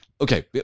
Okay